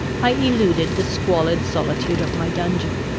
i eluded the squalid solitude of my dungeon,